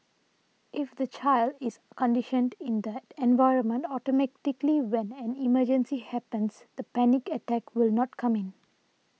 if the child is conditioned in that environment automatically when an emergency happens the panic attack will not come in